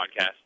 podcast